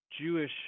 Jewish